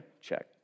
Check